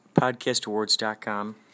podcastawards.com